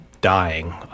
dying